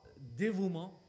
dévouement